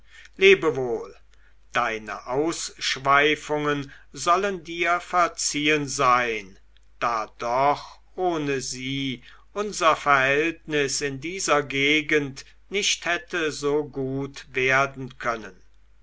wohl deine ausschweifungen sollen dir verziehen sein da doch ohne sie unser verhältnis in dieser gegend nicht hätte so gut werden können